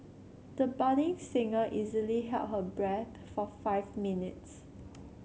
the budding singer easily held her breath for five minutes